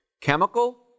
chemical